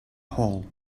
hole